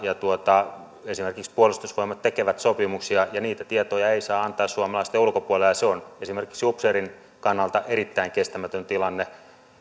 esimerkiksi puolustusvoimat tekevät sopimuksia ja niitä tietoja ei saa antaa suomalaisten ulkopuolelle ja se on esimerkiksi upseerin kannalta erittäin kestämätön tilanne